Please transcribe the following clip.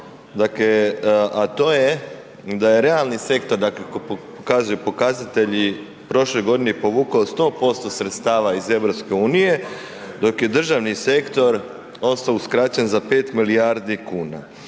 a to je da je realni sektor kako pokazuju pokazatelji u prošloj godini povukao 100% sredstava iz EU-a, dok je državni sektor ostao uskraćen za 5 milijardi kuna.